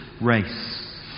race